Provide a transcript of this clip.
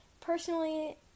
personally